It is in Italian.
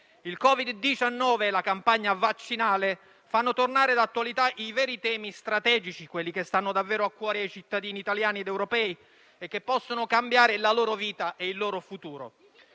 Il Covid-19 e la campagna vaccinale fanno tornare d'attualità i veri temi strategici, quelli che stanno davvero a cuore ai cittadini italiani ed europei e che possono cambiare la loro vita e il loro futuro.